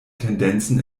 tendenzen